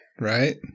right